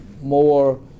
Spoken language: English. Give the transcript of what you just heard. more